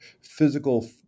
physical